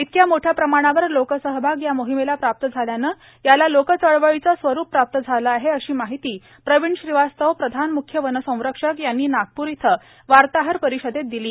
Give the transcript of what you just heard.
इतक्या मोठ्या प्रमाणावर लोकसहभाग या मोहिमेला प्राप्त झाल्यानं याला लोकचळवळीचं स्वरूप प्राप्त झालं आहे अशी माहिती प्रविण श्रीवास्तव प्रधान म्ख्य वनसंरक्षक यांनी नागपूर इथं वार्ताहर परिषदेत दिली